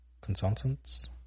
consultants